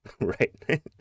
right